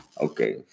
Okay